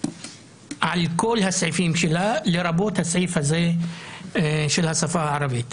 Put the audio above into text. על כל סעיפיו, לרבות הסעיף הזה של השפה הערבית.